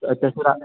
sir sir थोड़ा